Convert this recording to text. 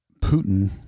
Putin